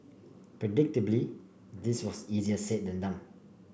predictably this was easier said than done